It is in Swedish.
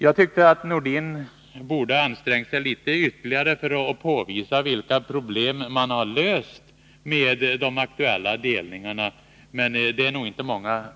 Jag tycker att Sven-Erik Nordin borde ha ansträngt sig litet ytterligare för att påvisa vilka problem man har löst med de aktuella delningarna, men de är nog inte många.